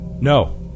No